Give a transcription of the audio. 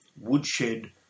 woodshed